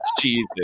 Jesus